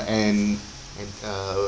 and and uh